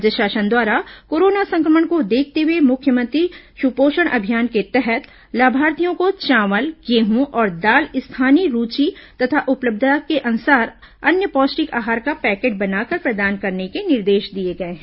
राज्य शासन द्वारा कोरोना संक्रमण को देखते हुए मुख्यमंत्री सुपोषण अभियान के तहत लाभार्थियों को चावल गेहूं और दाल स्थानीय रूचि तथा उपलब्धता के अनुसार अन्य पौष्टिक आहार का पैकेट बनाकर प्रदान करने के निर्देश दिए गए हैं